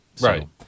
Right